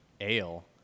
ale